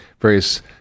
various